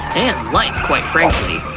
and life, quite frankly.